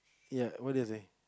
ya what did I say